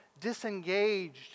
disengaged